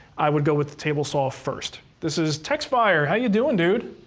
i would go with the table saw first. this is texfire, how you doing, dude?